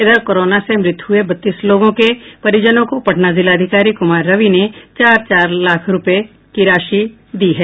इधर कोरोना से मृत हुये बत्तीस लोगों के परिजनों को पटना जिलाधिकारी कुमार रवि ने चार चार लाख रूपये की राशि दी है